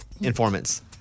informants